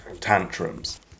tantrums